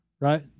right